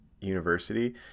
university